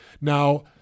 now